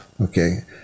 Okay